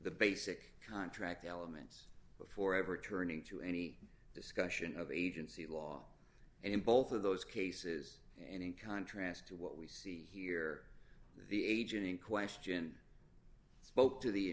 the basic contract elements before ever turning to any discussion of agency law and in both of those cases and in contrast to what we see here the aging question spoke to the